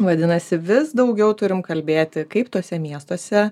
vadinasi vis daugiau turim kalbėti kaip tuose miestuose